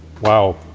Wow